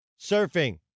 Surfing